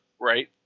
Right